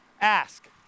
ask